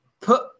Put